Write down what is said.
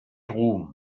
ruhm